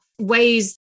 ways